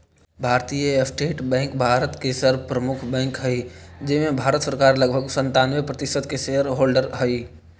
भारतीय state bank भारत के सर्व प्रमुख बैंक हइ जेमें भारत सरकार लगभग सन्तानबे प्रतिशत के शेयर होल्डर हइ